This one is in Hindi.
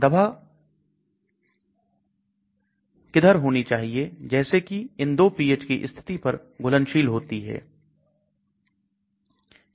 दवा किधर होनी चाहिए जैसे कि इन 2 पीएच की स्थिति पर घुलनशील होती है